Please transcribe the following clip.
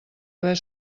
haver